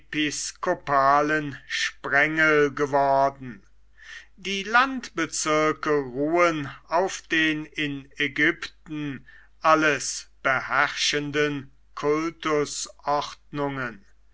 episkopalen sprengel geworden die landbezirke ruhen auf den in ägypten alles beherrschenden